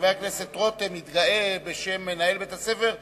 וחבר הכנסת רותם התגאה בשם מנהל בית-ספר,